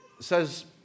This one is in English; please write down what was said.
says